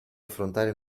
affrontare